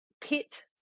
pit